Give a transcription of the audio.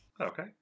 Okay